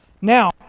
Now